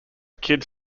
kids